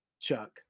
Chuck